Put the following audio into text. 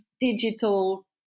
digital